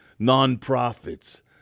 nonprofits